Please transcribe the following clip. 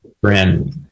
friend